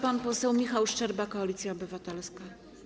Pan poseł Michał Szczerba, Koalicja Obywatelska.